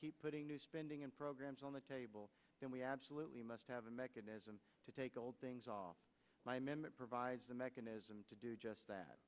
keep putting new spending and programs on the table then we absolutely must have a mechanism to take old things off my minute provides a mechanism to do just that